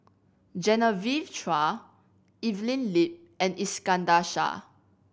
Genevieve Chua Evelyn Lip and Iskandar Shah